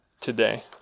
today